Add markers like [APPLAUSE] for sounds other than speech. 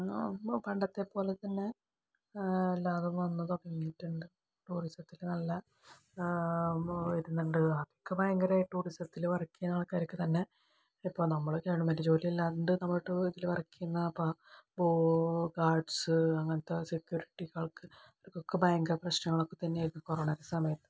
പണ്ടത്തെ പോലെതന്നെ എല്ലാവരും വന്നു തുടങ്ങിയിട്ടുണ്ട് ടൂറിസത്തിൽ നല്ല വരുന്നുണ്ട് [UNINTELLIGIBLE] ടൂറിസത്തിൽ വർക്ക് ചെയ്യണ ആൾക്കാർക്ക് തന്നെ ഇപ്പോൾ നമ്മള് ഗവണ്മെൻ്റ് ജോലിയിൽ അല്ലാണ്ട് നമ്മള് ടൂറിങ്ങില് വർക്ക് ചെയ്യുന്ന പാ ഇപ്പോൾ ഗാർഡ്സ് അങ്ങനത്തെ സെക്യൂരിറ്റികൾക്ക് ഭയങ്കര പ്രശ്നങ്ങൾ ഒക്കെ തന്നെ ആയിരുന്നു കൊറോണ സമയത്ത്